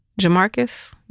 Jamarcus